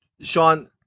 Sean